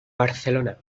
barcelona